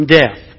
death